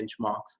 benchmarks